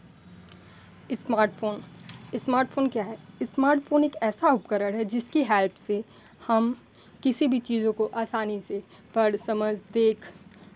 smart phone smartphone क्या है smartphone एक ऐसा उपकरण है जिसकी हेल्प से हम किसी भी चीज़ों को आसानी से पढ़ समझ देख